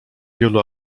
wielu